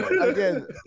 Again